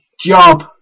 job